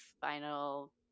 final